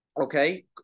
Okay